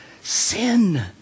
sin